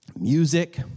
music